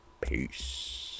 Peace